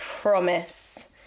promise